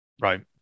Right